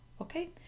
Okay